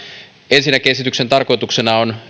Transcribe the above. ensinnäkin esityksen tarkoituksena on